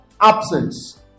absence